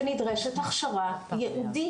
שנדרשת הכשרה ייעודית.